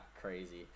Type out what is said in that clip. Crazy